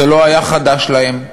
זה לא היה חדש להם.